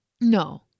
No